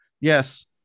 Yes